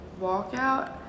walkout